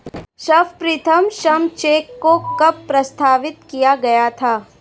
सर्वप्रथम श्रम चेक को कब प्रस्तावित किया गया था?